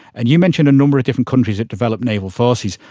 and you mentioned a number of different countries that developed naval forces.